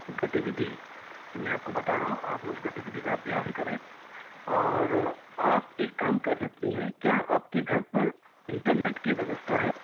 गतिविधि मैं आपको बता रहा हूँ आप उस गतिविधि का अभ्यास करें और आप एक काम कर सकती हैं क्या आपके घर पर इन्टरनेट की व्यवस्था है